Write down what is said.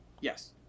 Yes